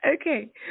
Okay